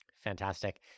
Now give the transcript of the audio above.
Fantastic